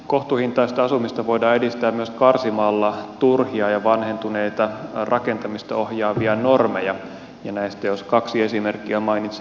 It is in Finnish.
kohtuuhintaista asumista voidaan edistää myös karsimalla turhia ja vanhentuneita rakentamista ohjaavia normeja ja näistä jos kaksi esimerkkiä mainitsen